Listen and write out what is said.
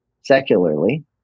secularly